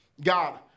God